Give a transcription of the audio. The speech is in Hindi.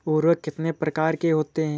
उर्वरक कितने प्रकार के होते हैं?